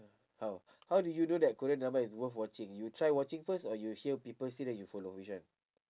how how do you know that korean drama is worth watching you try watching first or you hear people say then you follow which one